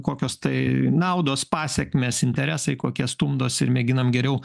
kokios tai naudos pasekmes interesai kokia stumdosi ir mėginam geriau